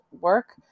work